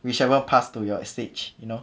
whichever past to your stage you know